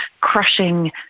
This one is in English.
crushing